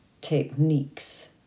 techniques